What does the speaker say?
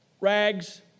rags